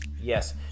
yes